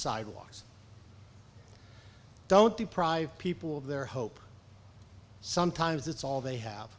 sidewalks don't deprive people of their hope sometimes it's all they have